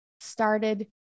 started